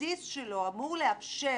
שבבסיסו אמור לאפשר